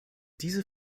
diese